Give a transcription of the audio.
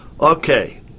Okay